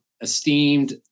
esteemed